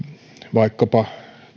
vaikkapa